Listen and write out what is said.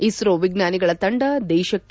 ಇಸ್ರೋ ವಿಜ್ಞಾನಿಗಳ ತಂಡ ದೇಶಕ್ಕೆ